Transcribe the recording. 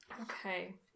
Okay